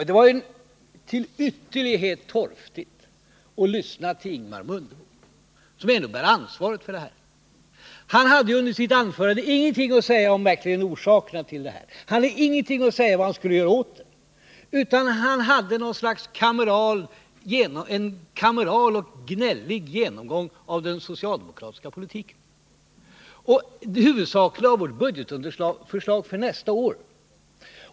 Det var till ytterlighet torftigt att lyssna till Ingemar Mundebo, som ändå bär ansvaret för denna politik. Han hade i sitt anförande ingenting att säga om de verkliga orsakerna, han hade ingenting att säga om vad han skulle göra åt situationen. Han höll en kameral och gnällig genomgång av den socialdemokratiska politiken, där han i huvudsak klagade på vårt budgetförslag för nästa år.